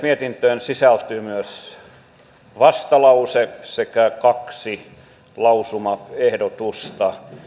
mietintöön sisältyy myös vastalause sekä kaksi lausumaehdotusta